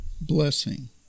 blessing